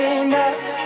enough